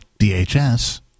DHS